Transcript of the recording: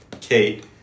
Kate